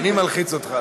אני מלחיץ אותך?